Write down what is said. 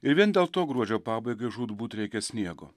ir vien dėl to gruodžio pabaigai žūtbūt reikia sniego